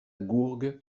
gourgue